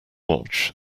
watch